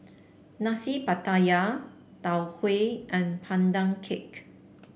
Nasi Pattaya Tau Huay and Pandan Cake